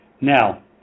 Now